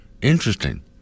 Interesting